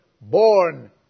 born